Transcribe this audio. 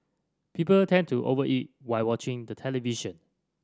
people tend to over eat while watching the television